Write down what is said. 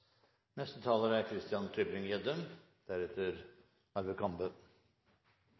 Neste taler er